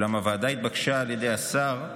אולם הוועדה התבקשה על ידי השר,